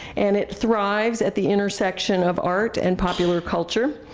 and it thrives at the intersection of art and popular culture.